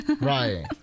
Right